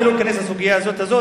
אני לא אכנס לסוגיה הזאת,